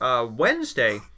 Wednesday